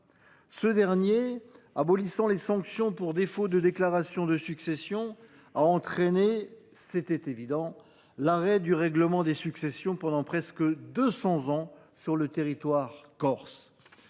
Ce dernier, abolissant les sanctions pour défaut de déclaration de succession, a entraîné l’arrêt du règlement des successions pendant près de 200 ans sur le territoire corse.